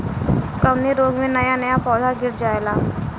कवने रोग में नया नया पौधा गिर जयेला?